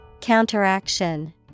Counteraction